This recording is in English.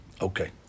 Okay